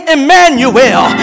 Emmanuel